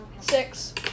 Six